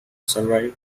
survive